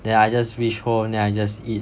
then I just reach home then I just eat